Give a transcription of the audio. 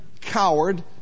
coward